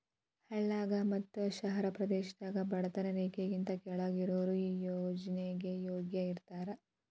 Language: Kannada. ಹಳ್ಳಾಗ ಮತ್ತ ಶಹರ ಪ್ರದೇಶದಾಗ ಬಡತನ ರೇಖೆಗಿಂತ ಕೆಳ್ಗ್ ಇರಾವ್ರು ಈ ಯೋಜ್ನೆಗೆ ಯೋಗ್ಯ ಇರ್ತಾರ